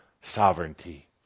sovereignty